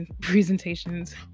presentations